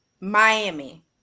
Miami